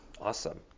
Awesome